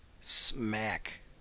Smack